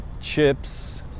chips